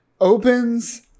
opens